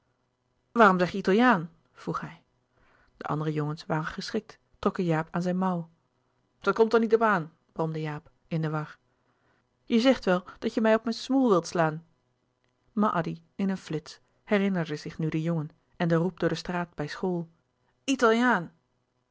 je italiaan vroeg hij de andere jongens waren geschrikt trokken jaap aan zijn mouw dat komt er niet op aan bromde jaap louis couperus de boeken der kleine zielen in de war jij zegt wel dat je mij op mijn smoel wilt slaan maar addy in een flits herinnerde zich nu den jongen en den roep door de straat bij school italiaan